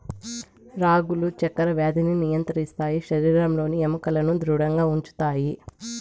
రాగులు చక్కర వ్యాధిని నియంత్రిస్తాయి శరీరంలోని ఎముకలను ధృడంగా ఉంచుతాయి